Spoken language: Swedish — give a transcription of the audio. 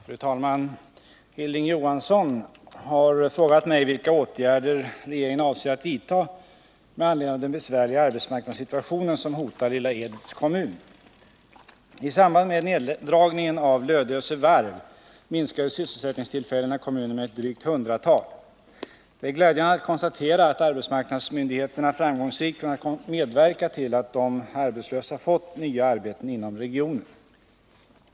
Fru talman! Hilding Johansson har frågat mig vilka åtgärder regeringen avser att vidta med anledning av den besvärliga arbetsmarknadssituation som hotar Lilla Edets kommun. I samband med neddragningen vid Lödöse Varv minskade sysselsättningstillfällena i kommunen med ett drygt hundratal. Det är glädjande att konstatera att arbetsmarknadsmyndigheterna framgångsrikt kunnat medverka till att de arbetslösa fått nya arbeten inom regionen.